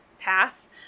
path